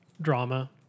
drama